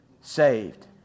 saved